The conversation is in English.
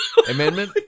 Amendment